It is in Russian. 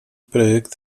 проект